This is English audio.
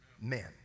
men